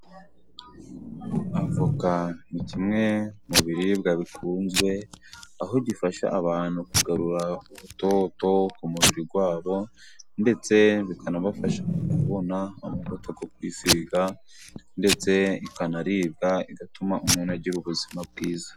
Avoka ni kimwe mu biribwa bikunzwe aho gifasha abantu kugarura utoto ku mubiri wabo, ndetse bikanabafasha kubona amavuta yo kwisiga, ndetse ikanaribwa, igatuma umuntu agira ubuzima bwiza.